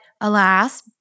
alas